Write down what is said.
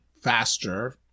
faster